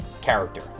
character